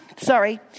Sorry